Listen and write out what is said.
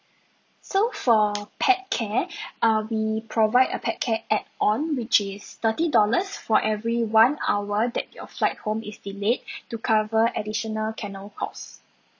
so for pet care uh we provide a pet care add-on which is thirty dollars for every one hour that your flight home is delayed to cover additional cost